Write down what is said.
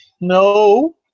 No